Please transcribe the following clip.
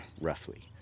roughly